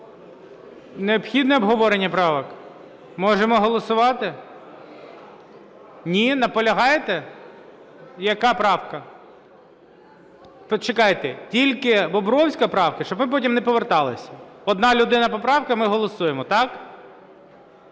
Необхідне обговорення правок? Можемо голосувати? Ні, наполягаєте? Яка правка? Почекайте, тільки Бобровської правка, щоб ми потім не повертались? Одна людина – поправка, і ми голосуємо, так?